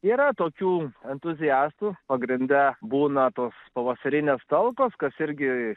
yra tokių entuziastų pagrinde būna tos pavasarinės talkos kas irgi